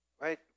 right